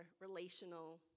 relational